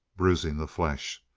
bruising the flesh.